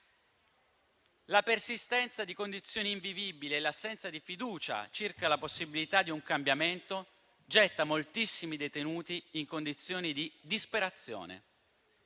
La persistenza di condizioni invivibili e l'assenza di fiducia circa la possibilità di un cambiamento gettano moltissimi detenuti in condizioni di disperazione.